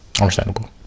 Understandable